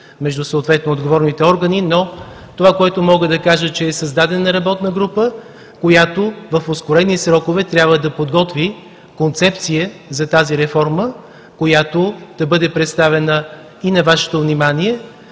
между отговорните органи. Мога да кажа, че е създадена работна група, която в ускорени срокове трябва да подготви концепция за тази реформа, която да бъде представена и на Вашето внимание.